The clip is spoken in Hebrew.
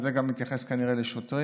אז זה מתייחס גם כנראה לשוטרים.